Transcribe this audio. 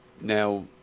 Now